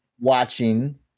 watching